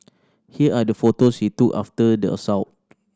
here are the photos he took after the assault